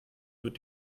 wird